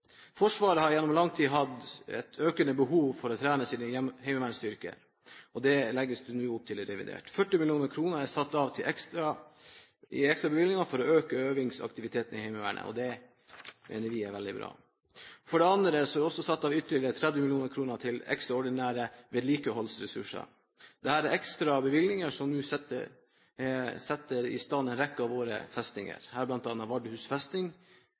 Forsvaret har gjennom lang tid hatt et økende behov for å trene sine heimevernsstyrker. Det legges det nå opp til i revidert. 40 mill. kr er satt av i ekstra bevilgninger for å øke øvingsaktiviteten i Heimevernet, og det mener vi er veldig bra. For det andre er det også satt av ytterligere 30 mill. kr til ekstraordinære vedlikeholdsressurser, ekstrabevilgninger som setter i stand en rekke av våre festninger,